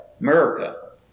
America